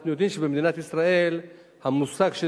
אנחנו יודעים שבמדינת ישראל המושג של